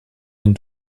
den